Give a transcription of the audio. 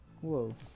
Whoa